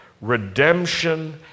Redemption